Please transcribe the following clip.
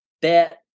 bet